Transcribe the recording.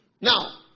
Now